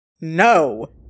No